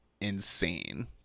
insane